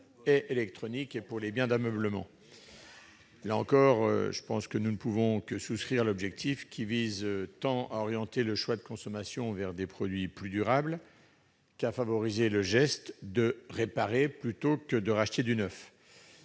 et électroniques et pour les biens d'ameublement. Là encore, nous ne pouvons que souscrire à l'objectif, visant tant à orienter le choix de consommation vers des produits plus durables qu'à favoriser le geste de réparer plutôt que de racheter du neuf.